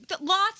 Lots